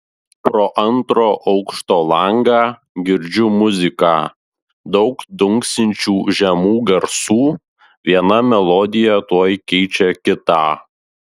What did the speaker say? pro antro aukšto langą girdžiu muziką daug dunksinčių žemų garsų viena melodija tuoj keičia kitą